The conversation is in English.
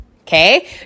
Okay